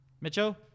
Mitchell